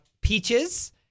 Peaches